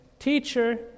Teacher